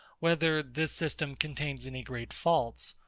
whether this system contains any great faults,